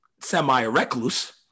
semi-recluse